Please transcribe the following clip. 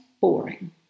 boring